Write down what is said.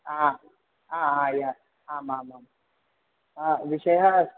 आम् आम् आं यत् आमामाम् अयं विषयः